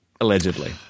Allegedly